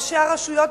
ראשי הרשויות,